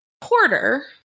porter